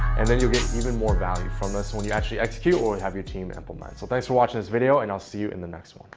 and then you'll get even more value from this, when you actual execute or have your time implement. so thanks for watching this video and i'll see you in the next one.